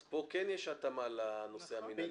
אז פה כן יש התאמה לנושא המנהלי.